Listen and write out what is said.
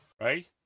right